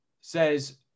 says